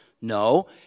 No